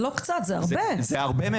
זה לא קצת הרבה, הרבה יותר.